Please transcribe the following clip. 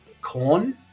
corn